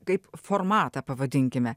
kaip formatą pavadinkime